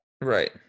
right